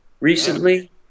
recently